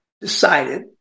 decided